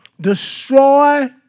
destroy